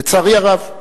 לצערי הרב.